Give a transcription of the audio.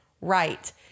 right